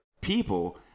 people